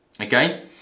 okay